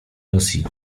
rosji